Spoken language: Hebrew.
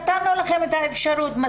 נתנו לכן את האפשרות,